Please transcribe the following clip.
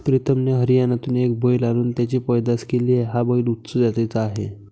प्रीतमने हरियाणातून एक बैल आणून त्याची पैदास केली आहे, हा बैल उच्च जातीचा आहे